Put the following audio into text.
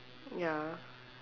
ya